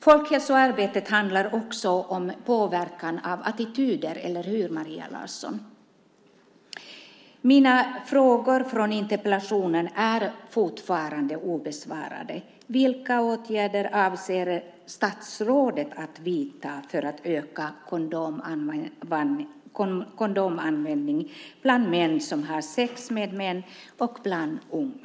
Folkhälsoarbetet handlar också om påverkan av attityder, eller hur, Maria Larsson? Min fråga i interpellationen är fortfarande obesvarad: Vilka åtgärder avser statsrådet att vidta för att öka kondomanvändning bland män som har sex med män och bland unga?